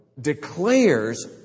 declares